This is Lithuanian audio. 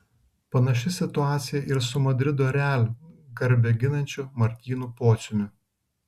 panaši situacija ir su madrido real garbę ginančiu martynu pociumi